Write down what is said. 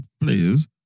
players